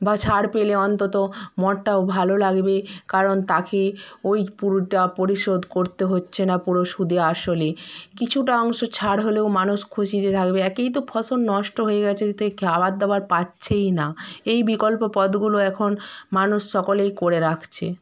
বা ছাড় পেলে অন্তত মনটাও ভালো লাগবে কারণ তাকে ওই পুরোটা পরিশোধ করতে হচ্ছে না পুরো সুদে আসলে কিছুটা অংশ ছাড় হলেও মানুষ খুশিতে থাকবে একেই তো ফসল নষ্ট হয়ে গেছে এতে খাবার দাবার পাচ্ছেই না এই বিকল্প পথগুলো এখন মানুষ সকলেই করে রাখছে